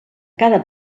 cada